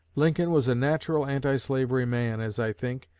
lincoln was a natural anti-slavery man, as i think,